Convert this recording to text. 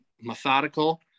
Methodical